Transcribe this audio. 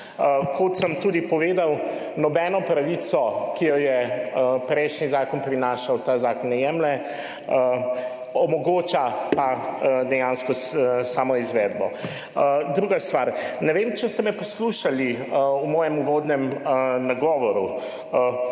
kot sem tudi povedal, nobeno pravico, ki jo je prejšnji zakon prinašal, ta zakon ne jemlje, omogoča pa dejansko samo izvedbo. Druga stvar, ne vem, če ste me poslušali, v mojem uvodnem nagovoru.